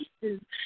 pieces